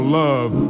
love